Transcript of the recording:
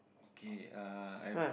K uh I've